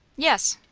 yes.